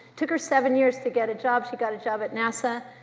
took her seven years to get a job. she got a job at nasa.